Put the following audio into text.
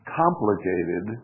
complicated